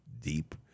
deep